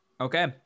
okay